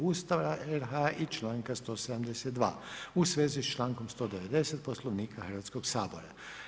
Ustava RH i članka 172. u svezi sa člankom 190 Poslovnika Hrvatskog sabora.